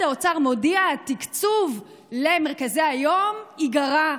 האוצר מודיע: התקצוב למרכזי היום ייגרע,